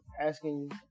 asking